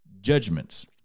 judgments